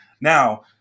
Now